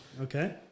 Okay